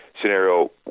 scenario